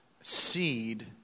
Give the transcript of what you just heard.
seed